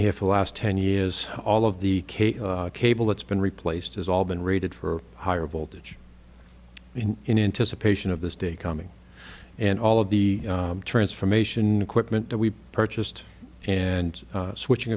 here for the last ten years all of the cable that's been replaced has all been rated for higher voltage in anticipation of this day coming and all of the transformation equipment that we've purchased and switching